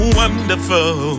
wonderful